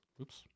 oops